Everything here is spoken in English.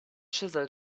chisel